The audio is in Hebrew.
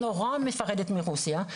היא נורא מפחדת מרוסיה,